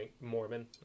Mormon